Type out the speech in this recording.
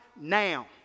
now